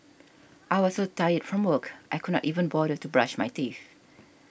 I was so tired from work I could not even bother to brush my teeth